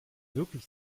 wirklich